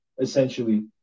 essentially